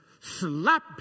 slap